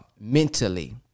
mentally